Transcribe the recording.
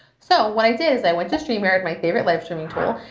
so, what i did is i went to streamyard, my favorite live streaming tool,